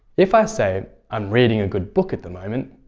if i say, i'm reading a good book at the moment,